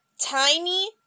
tiny